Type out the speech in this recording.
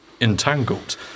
entangled